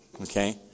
Okay